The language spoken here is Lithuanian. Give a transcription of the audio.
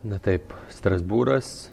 na taip strasbūras